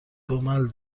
دمل